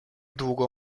długo